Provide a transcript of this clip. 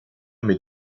mit